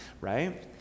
right